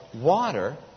water